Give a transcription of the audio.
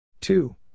Two